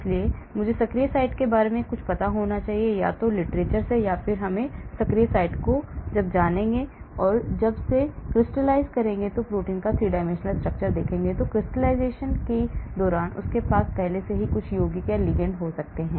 इसलिए मुझे सक्रिय साइट के बारे में कुछ पता होना चाहिए या तो literature से मैं सक्रिय साइट को जानूंगा या जब वे crystalize करेंगे और प्रोटीन की 3 dimensional structure देखगे तो क्रिस्टलीकरण के दौरान उनके पास पहले से ही कुछ यौगिक या लिगैंड हो सकते हैं